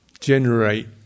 generate